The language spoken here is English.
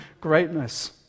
greatness